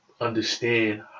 understand